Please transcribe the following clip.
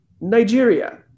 Nigeria